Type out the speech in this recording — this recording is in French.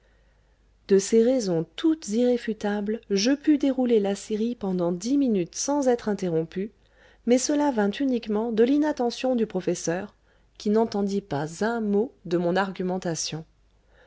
de ces raisons toutes irréfutables je pus dérouler la série pendant dix minutes sans être interrompu mais cela vint uniquement de l'inattention du professeur qui n'entendit pas un mot de mon argumentation